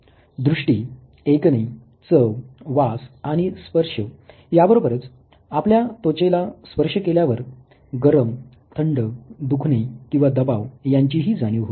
दृष्टी ऐकणे चव वास आणि स्पर्श याबरोबरच आपल्या त्वचेला स्पर्श केल्यावर गरम थंड दुखणे किंवा दबाव यांचीही जाणीव होते